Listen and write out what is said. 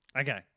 Okay